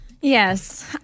Yes